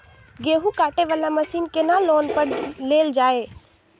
गेहूँ काटे वाला मशीन केना लोन पर लेल जाय?